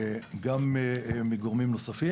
גם מגורמים נוספים.